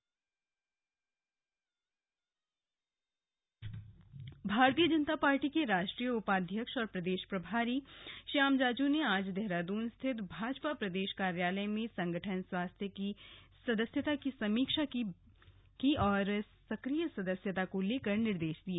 भाजपा संगठन भारतीय जनता पार्टी के राष्ट्रीय उपाध्यक्ष और प्रदेश प्रभारी श्याम जाजू ने आज देहरादून स्थित भाजपा प्रदेश कार्यालय में संगठन सदस्यता की समीक्षा की और सक्रिय सदस्यता को लेकर निर्देश दिए